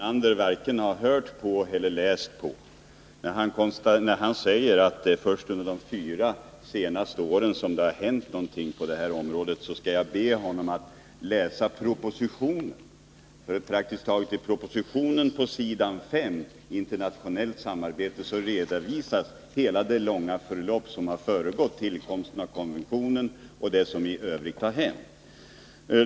Herr talman! Jag konstaterar att Lennart Brunander varken har hört på eller läst på, eftersom han säger att det är först under de fyra senaste åren som det har hänt någonting på området. Då vill jag be honom att läsa propositionen, för på s. 5 under Internationellt samarbete redovisas hela det långa förlopp som föregått tillkomsten av konventionen och det som i övrigt har hänt.